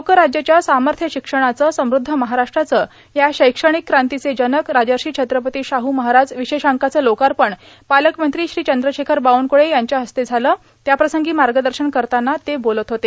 लोकराज्यच्या सामर्थ्य शिक्षणाचं समृद्ध महाराष्ट्राचं या शैक्षणिक क्रांतीचे जनक राजर्षी छत्रपती शाहू महाराज विशेषांकाचं लोकार्पण पालकमंत्री श्री चंद्रशेखर बावनकुळे यांच्या हस्ते झालं त्याप्रसंगी मार्गदर्शन करताना ते बोलत होते